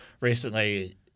recently